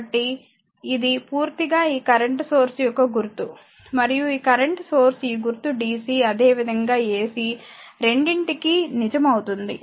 కాబట్టి ఇది పూర్తిగా ఈ కరెంట్ సోర్స్ యొక్క గుర్తు మరియు ఈ కరెంట్ సోర్స్ ఈ గుర్తు dc అదేవిధంగా ac రెండింటికీ నిజం అవుతుంది